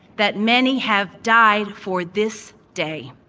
that many have died for this day.